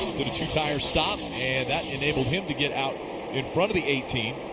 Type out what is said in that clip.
with a two-tire stop and that enabled him to get out in front of the eighteen.